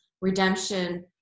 redemption